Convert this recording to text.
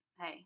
hey